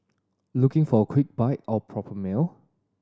looking for a quick bite or a proper meal